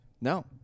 No